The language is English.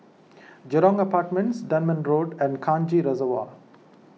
Jurong Apartments Dunman Road and Kranji